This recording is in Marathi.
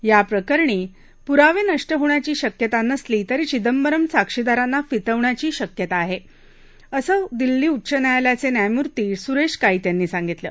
या प्रकरणी पुरावे नष्ट होण्याची शक्यता नसली तरी चिदंबरम् साक्षीदारांना फितवण्याची शक्यता आहे असं दिल्ली उच्च न्यायालयाचे न्यायमूर्ती सुरेश काईत यांनी सांगितलं